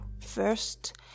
First